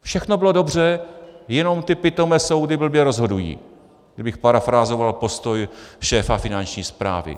Všechno bylo dobře, jenom ty pitomé soudy blbě rozhodují, abych parafrázoval postoj šéfa Finanční správy.